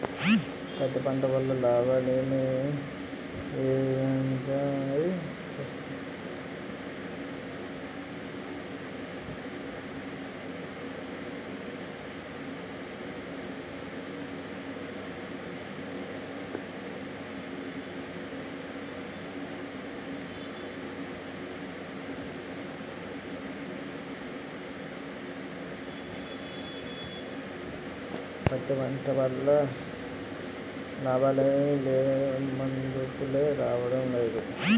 పత్తి పంట వల్ల లాభాలేమి లేవుమదుపులే రాడంలేదు